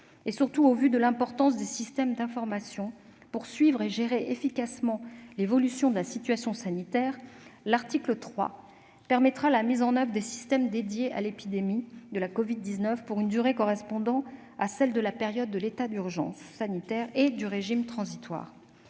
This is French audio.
Parce que nous disposons de systèmes d'information importants pour suivre et gérer efficacement l'évolution de la situation sanitaire, l'article 3 autorisera la mise en oeuvre de systèmes dédiés à l'épidémie de la covid-19 pour une durée correspondant à la période de l'état d'urgence sanitaire et du régime transitoire.